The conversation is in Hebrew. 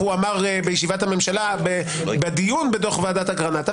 אמר בישיבת הממשלה בדיון בדוח ועדת אגרנט.